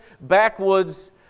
backwoods